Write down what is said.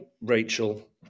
Rachel